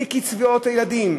מקצבאות הילדים,